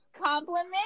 Compliment